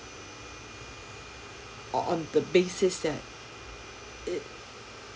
on on the basis that it